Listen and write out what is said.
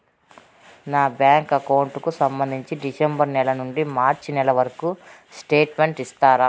నా bank account కు సంబంధించి డిసెంబరు నెల నుండి మార్చి నెలవరకు స్టేట్మెంట్ ఇస్తారా?